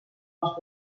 els